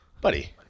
Buddy